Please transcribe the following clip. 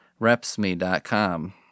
Repsme.com